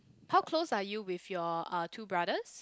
how close are you with your uh two brothers